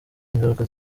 ingaruka